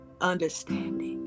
understanding